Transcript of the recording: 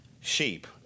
sheep